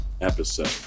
episode